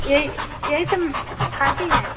यही यही तो हम खाती हैं